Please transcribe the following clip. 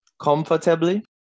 Comfortably